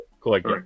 correct